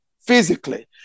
physically